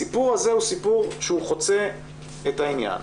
הסיפור הזה הוא סיפור שחוצה את העניין.